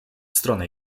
stronę